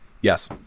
Yes